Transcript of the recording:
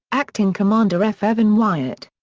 acting commander f. evan wyatt.